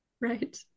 Right